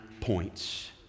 points